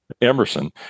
Emerson